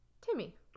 Timmy